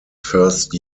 first